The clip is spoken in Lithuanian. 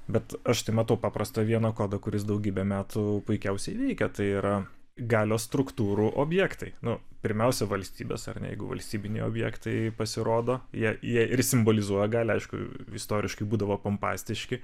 bet aš tai matau paprastą vieną kodą kuris daugybę metų puikiausiai veikia tai yra galios struktūrų objektai nu pirmiausia valstybės ar negu valstybiniai objektai pasirodo jie jie ir simbolizuoja galią aišku istoriškai būdavo pompastiški